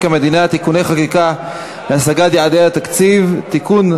המדינה (תיקוני חקיקה להשגת יעדי התקציב) (תיקון,